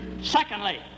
Secondly